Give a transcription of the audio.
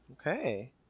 Okay